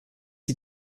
die